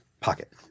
pocket